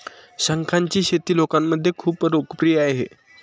शंखांची शेती लोकांमध्ये खूप लोकप्रिय आहे